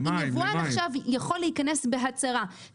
אם יבואן עכשיו יכול להיכנס בהצהרה,